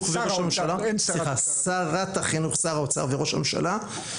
שרת החינוך וראש הממשלה,